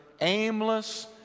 aimless